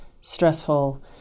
stressful